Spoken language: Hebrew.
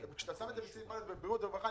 כשאתה שם את זה בסעיף (א) בבריאות ורווחה,